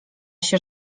się